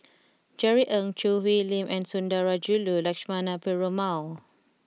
Jerry Ng Choo Hwee Lim and Sundarajulu Lakshmana Perumal